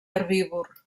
herbívor